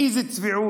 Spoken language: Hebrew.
אִיזה צביעות.